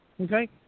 okay